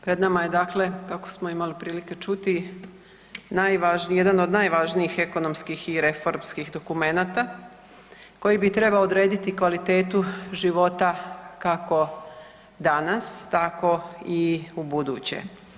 Pred nama je kako smo imali prilike čuti jedan od najvažnijih ekonomskih i reformskih dokumenata koji bi trebao odrediti kvalitetu života kako danas tako i ubuduće.